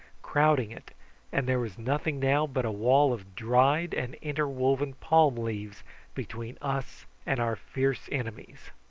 crowding it and there was nothing now but a wall of dried and interwoven palm leaves between us and our fierce enemies.